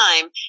time